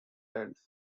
dead